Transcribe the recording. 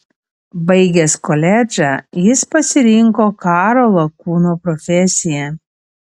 baigęs koledžą jis pasirinko karo lakūno profesiją